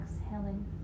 exhaling